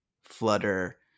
flutter